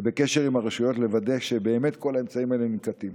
ובקשר עם הרשויות לוודא שבאמת כל האמצעים האלה ננקטים.